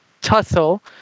tussle